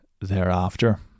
thereafter